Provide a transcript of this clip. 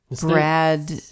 Brad